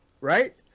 right